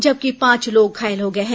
जबकि पांच लोग घायल हो गए हैं